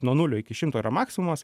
nuo nulio iki šimto yra maximumas